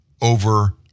over